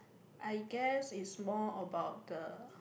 I guess is more about the